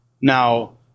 Now